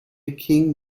king